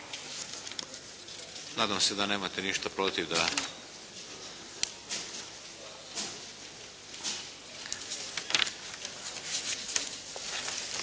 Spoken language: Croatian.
nadam se da nemate ništa protiv da,